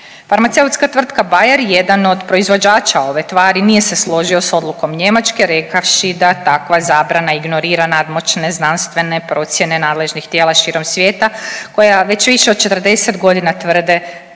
Farmaceutska tvrtka Bayer jedan od proizvođača ove tvari nije se složio sa odlukom Njemačke rekavši da takva zabrana ignorira nadmoćne znanstvene procjene nadležnih tijela širom svijeta koja već više od 40 godina tvrde